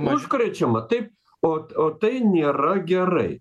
užkrečiama taip ot o tai nėra gerai